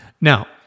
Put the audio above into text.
Now